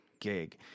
gig